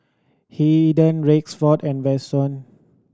Haiden Rexford and Vashon